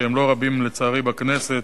שהם לצערי לא רבים בכנסת,